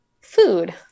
Food